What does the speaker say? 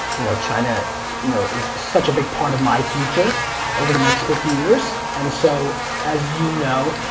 you know, china you know is such a big part of my future over the next fifty years and so as you know,